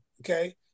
okay